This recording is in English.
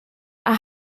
are